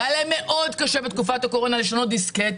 והיה להם מאוד קשה בתקופה הקורונה לשנות דיסקט,